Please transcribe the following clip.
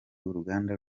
uruganda